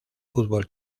fútbol